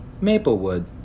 Maplewood